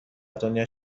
دنیا